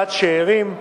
שאירים.